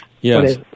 Yes